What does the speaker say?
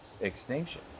extinction